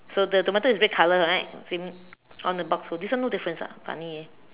so the tomato is red color right same on the box so this one no difference ah funny eh